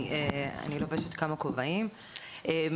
בכמה כובעים.